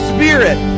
Spirit